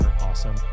awesome